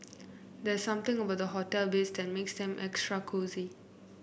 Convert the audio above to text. there's something about hotel beds that makes them extra cosy